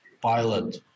pilot